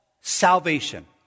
salvation